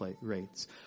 rates